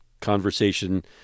conversation